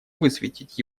высветить